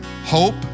hope